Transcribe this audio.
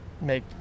make